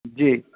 جی